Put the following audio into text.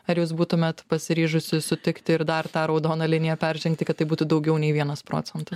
ar jūs būtumėt pasiryžusi sutikti ir dar tą raudoną liniją peržengti kad tai būtų daugiau nei vienas procentas